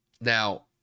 Now